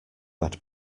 had